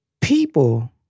people